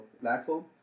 platform